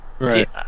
Right